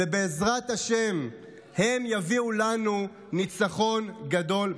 ובעזרת השם הם יביאו לנו ניצחון גדול,